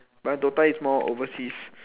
but DOTA is more overseas